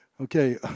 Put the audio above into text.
Okay